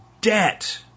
debt